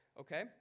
okay